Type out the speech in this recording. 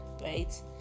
right